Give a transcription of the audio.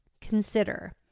Consider